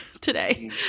today